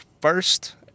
first